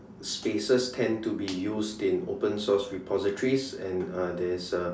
spaces tend to be used in open source repositories and uh there is a